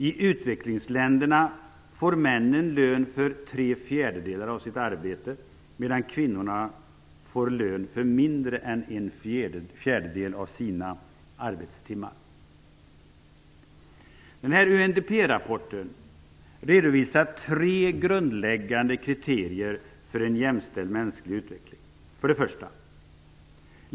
I utvecklingsländerna får männen lön för tre fjärdedelar av sitt arbete, medan kvinnorna får lön för mindre än en fjärdedel av sina arbetstimmar. UNDP-rapporten redovisar tre grundläggande kriterier för en jämställd mänsklig utveckling: 1.